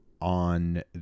on